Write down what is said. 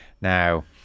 now